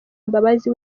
imbabazi